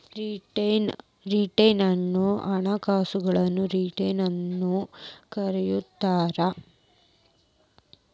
return ಅನ್ನ ಹಣಕಾಸಿನ return ಅಂತಾನೂ ಕರಿತಾರ